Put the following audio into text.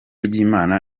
ry’imana